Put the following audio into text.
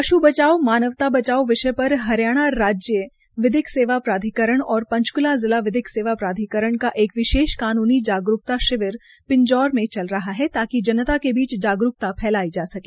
पश् बचाओ मानवता बचाओ विषय पर हरियाणा राज्य विधिक सेवा प्राधिकरण और पंचकूला जिला विधिक सेवा प्राधिकरण का एक विशेष कानूनी जागरूकता शिविर पिंजौर में चल रहा है ताकि जनता के बीच जागरूक्ता फैलाई जा सके